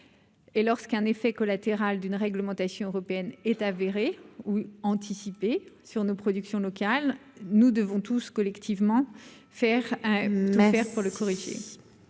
Et lorsqu'un effet collatéral d'une réglementation européenne est avérée ou anticiper sur nos productions locales, nous devons tous collectivement faire un maire pour le corriger,